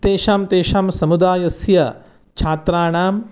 तेषां तेषां समुदायस्य छात्राणां